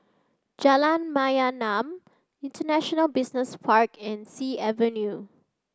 Jalan Mayaanam International Business Park and Sea Avenue